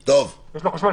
יש לו חשמל.